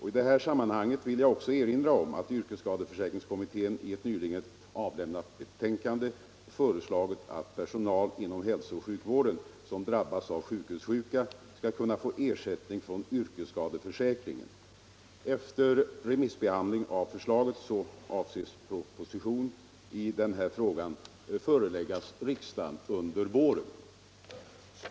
I detta sammanhang vill jag också erinra om att yrkesskadeförsäkringskommittén i ett nyligen avlämnat betänkande föreslagit att personal inom hälsooch sjukvården som drabbas av sjukhussjukan skall kunna få ersättning från yrkesskadeförsäkringen. Efter remissbehandling av förslaget avses proposition i denna fråga föreläggas riksdagen under våren.